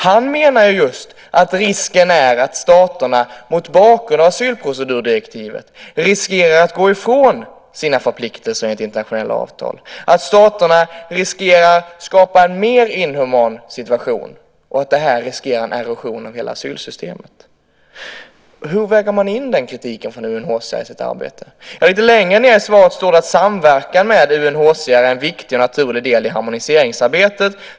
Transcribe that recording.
Han menar att staterna just mot bakgrund av asylprocedurdirektivet riskerar att gå ifrån sina förpliktelser enligt internationella avtal, att staterna riskerar att skapa en mer inhuman situation och att detta riskerar en erosion av hela asylsystemet. Hur väger man in den kritiken från UNHCR i sitt arbete? Lite längre ned i svaret står det: Samverkan med UNHCR är en viktig och naturlig del i harmoniseringsarbetet.